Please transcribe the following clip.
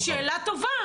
שאלה טובה.